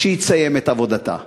כשהיא תסיים את עבודתה.